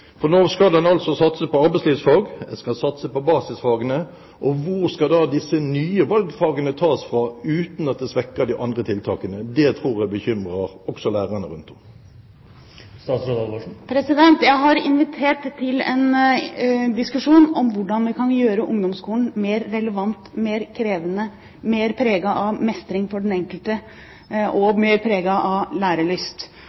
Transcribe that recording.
For nå skal man altså satse på arbeidslivfag og på basisfagene, men hvor skal da disse nye valgfagene tas fra, uten at det svekker de andre tiltakene? Det tror jeg bekymrer også lærerne rundt omkring. Jeg har invitert til en diskusjon om hvordan vi kan gjøre ungdomsskolen mer relevant, mer krevende, mer preget av mestring for den enkelte